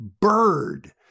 bird